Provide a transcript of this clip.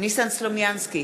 ניסן סלומינסקי,